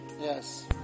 Yes